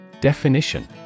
Definition